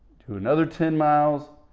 do another ten miles.